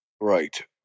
right